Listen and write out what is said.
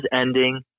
ending